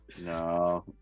No